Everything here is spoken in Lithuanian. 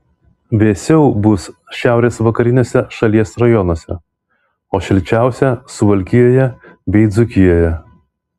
vėsiau bus šiaurės vakariniuose šalies rajonuose o šilčiausia suvalkijoje bei dzūkijoje